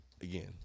again